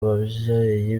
babyeyi